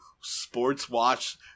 sports-watch